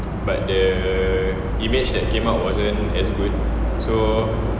but the image that came up wasn't as good so